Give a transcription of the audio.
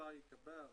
שהאוצר יקבל